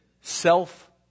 Self